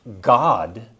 God